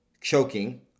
choking